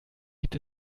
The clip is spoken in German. gibt